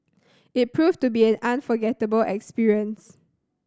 it proved to be an unforgettable experience